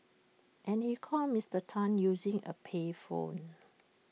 and he called Mister Tan using A payphone